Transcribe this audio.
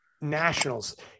Nationals